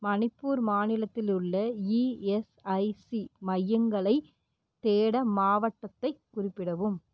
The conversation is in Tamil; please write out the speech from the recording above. மணிப்பூர் மாநிலத்தில் உள்ள இஎஸ்ஐசி மையங்களைத் தேட மாவட்டத்தைக் குறிப்பிடவும்